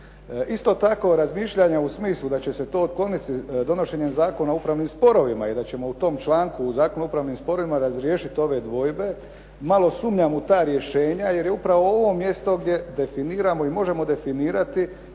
Isto tako razmišljanja u smislu da će se to otkloniti donošenjem Zakona o upravnim sporovima i da ćemo u tom članku u Zakonu o upravnim sporovima razriješiti ove dvojbe malo sumnjam u ta rješenja jer je upravo ovo mjesto gdje definiramo i možemo definirati